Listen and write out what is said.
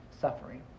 suffering